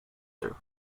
their